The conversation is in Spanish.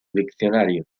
diccionario